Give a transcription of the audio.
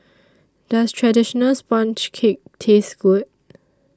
Does Traditional Sponge Cake Taste Good